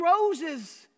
roses